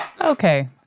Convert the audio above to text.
Okay